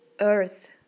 Earth